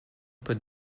peut